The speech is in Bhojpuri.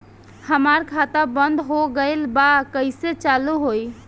हमार खाता बंद हो गइल बा कइसे चालू होई?